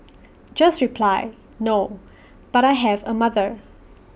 just reply no but I have A mother